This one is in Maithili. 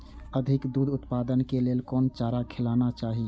अधिक दूध उत्पादन के लेल कोन चारा खिलाना चाही?